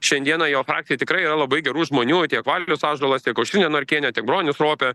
šiandieną jo frakcijoj tikrai labai gerų žmonių tiek valius ąžuolas tiek aušrinė norkienė tik bronius ropė